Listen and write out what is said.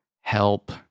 help